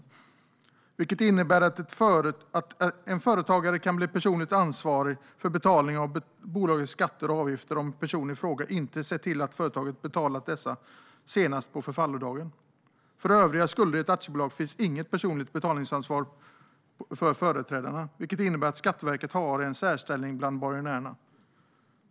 Dessa bestämmelser innebär att en företagare kan bli personligt ansvarig för betalning av bolagets skatter och avgifter om personen i fråga inte ser till att företaget har betalat dessa senast på förfallodagen. För övriga skulder i ett aktiebolag finns inget personligt betalningsansvar för företrädarna, vilket innebär att Skatteverket har en särställning bland borgenärerna.